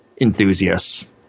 enthusiasts